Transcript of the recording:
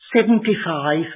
seventy-five